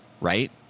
Right